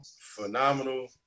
Phenomenal